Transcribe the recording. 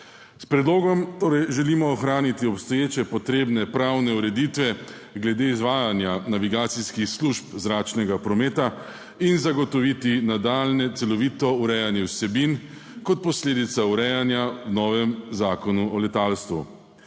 S predlogom torej želimo ohraniti obstoječe potrebne pravne ureditve glede izvajanja navigacijskih služb zračnega prometa in zagotoviti nadaljnje celovito urejanje vsebin kot posledica urejanja v novem Zakonu o letalstvu.